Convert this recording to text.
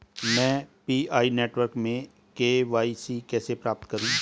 मैं PI network में KYC कैसे प्राप्त करूँ?